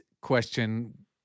question